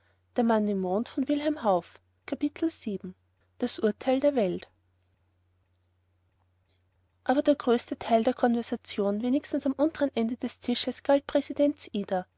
das urteil der welt aber der größte teil der konversation wenigstens am untern ende des tisches galt präsidents ida